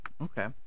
okay